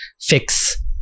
fix